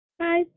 Hi